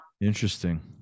Interesting